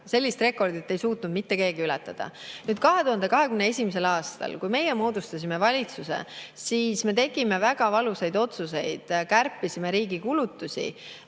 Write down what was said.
sellist rekordit ei ole suutnud mitte keegi ületada. 2021. aastal, kui meie moodustasime valitsuse, me tegime väga valusaid otsuseid, kärpisime riigi kulutusi.